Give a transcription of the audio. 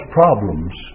problems